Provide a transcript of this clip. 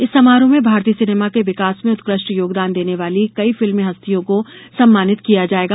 इस समारोह में भारतीय सिनेमा के विकास में उत्कृष्ट योगदान देने वाली कई फिल्मी हस्तियों को सम्मानित किया जाएगा